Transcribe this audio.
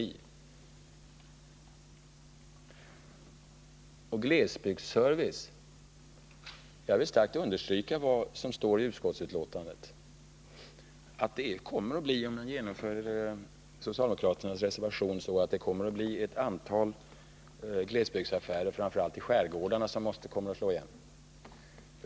När det gäller glesbygdsservice vill jag starkt understryka vad som står i utskottsbetänkandet, att ett genomförande av förslagen i socialdemokraternas reservation skulle leda till att ett antal glesbygdsaffärer, framför allt i skärgårdarna, måste slås igen.